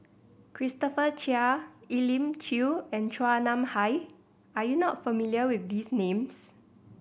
Christopher Chia Elim Chew and Chua Nam Hai are you not familiar with these names